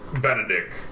Benedict